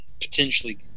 potentially